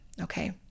okay